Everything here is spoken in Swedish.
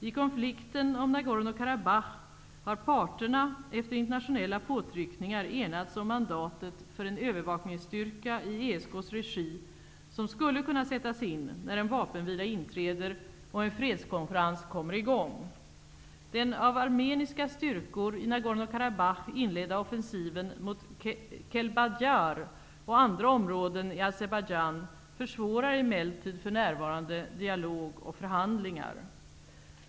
I konflikten om Nagorno-Karabach har parterna efter internationella påtryckningar enats om mandatet för en övervakningsstyrka i ESK:s regi, som skulle kunna sättas in när en vapenvila inträder och en fredskonferens kommer i gång. Den av armeniska styrkor i Nagorno-Karabach inledda offensiven mot Kelbadjar och andra områden i Azerbajdzjan försvårar emellertid för närvarande dialog och förhandlingar.